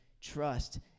trust